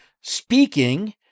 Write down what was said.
speaking